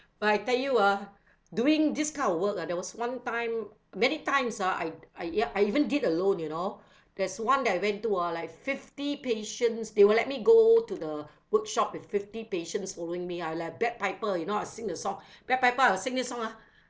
but I tell you ah doing this kind of work ah there was one time many times ah I I ya I even did alone you know there's one that I went to ah like fifty patients they will let me go to the workshop with fifty patients following me I like a bagpiper you know I sing the song bagpiper I will sing this song ah